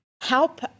help